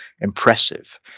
impressive